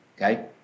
okay